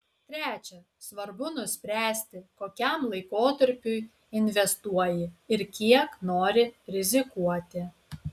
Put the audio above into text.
trečia svarbu nuspręsti kokiam laikotarpiui investuoji ir kiek nori rizikuoti